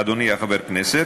אדוני חבר הכנסת,